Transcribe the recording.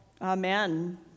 Amen